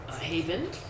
Haven